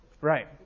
Right